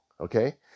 Okay